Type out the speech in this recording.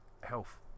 health